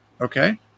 okay